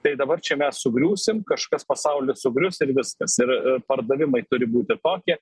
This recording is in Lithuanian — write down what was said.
tai dabar čia mes sugriūsim kažkas pasaulis sugrius ir viskas ir pardavimai turi būti tokie